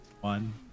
One